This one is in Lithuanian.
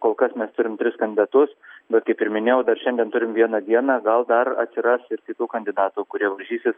kol kas mes turim tris kandidatus bet kaip ir minėjau dar šiandien turim vieną dieną gal dar atsiras ir kitų kandidatų kurie varžysis